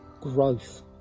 growth